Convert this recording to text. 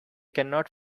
cannot